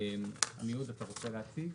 עמיהוד אתה רוצה להציג?